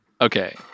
Okay